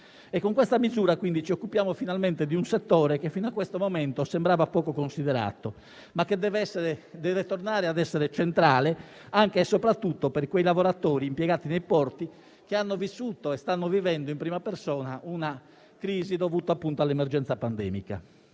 Con questa misura, quindi, ci occupiamo finalmente di un settore che fino a questo momento sembrava poco considerato, ma che deve tornare a essere centrale anche e soprattutto per i lavoratori impiegati nei porti che hanno vissuto e stanno vivendo in prima persona una crisi dovuta, appunto, all'emergenza pandemica.